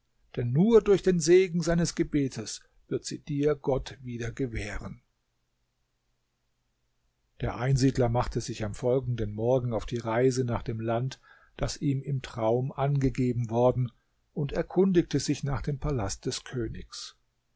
denn nur durch den segen seines gebetes wird sie dir gott wieder gewähren der einsiedler machte sich am folgenden morgen auf die reise nach dem land das ihm im traum angegeben worden und erkundigte sich nach dem palast des königs